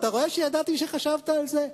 אתה רואה שידעתי שחשבת על זה.